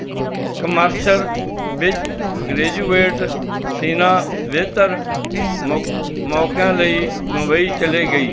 commercial ਵਿੱਚ graduate Sinha ਬਿਹਤਰ ਮੌ ਮੌਕਿਆਂ ਲਈ ਮੁੰਬਈ ਚਲੇ ਗਈ